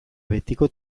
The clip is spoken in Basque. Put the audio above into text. betiko